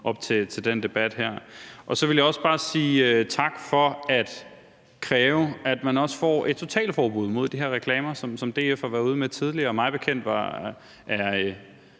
op til den debat her. Og så vil jeg også bare sige tak for at kræve, at man også får et totalforbud mod de her reklamer – noget, som DF har været ude med tidligere. Mig bekendt er